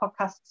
podcasts